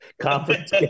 conference